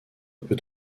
peut